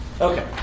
Okay